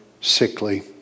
sickly